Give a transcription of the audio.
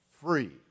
free